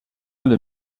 alle